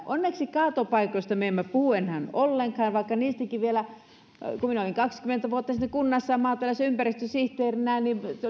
onneksi kaatopaikoista me emme puhu enää ollenkaan vaikka vielä kun minä olin kaksikymmentä vuotta sitten kunnassa maatalous ja ympäristösihteerinä